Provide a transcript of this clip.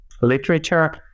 literature